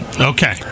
Okay